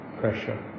pressure